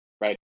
right